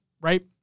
right